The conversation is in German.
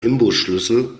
imbusschlüssel